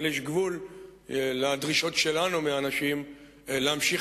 אבל יש גבול לדרישות שלנו מהאנשים להמשיך